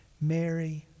Mary